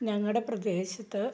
ഞങ്ങളുടെ പ്രദേശത്ത്